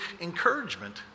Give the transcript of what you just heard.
encouragement